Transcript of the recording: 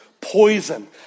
poison